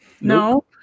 No